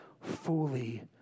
fully